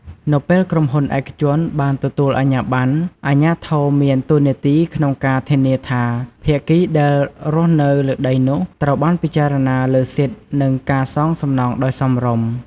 នៅពេលក្រុមហ៊ុនឯកជនបានទទួលអាជ្ញាបណ្ណ អាជ្ញាធរមានតួនាទីក្នុងការធានាថាភាគីដែលរស់នៅលើដីនោះត្រូវបានពិចារណាលើសិទ្ធិនិងការសងសំណងដោយសមរម្យ។